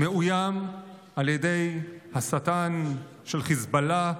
הוא מאוים על ידי השטן של חיזבאללה,